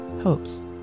hopes